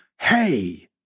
Hey